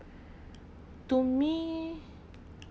to me